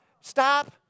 Stop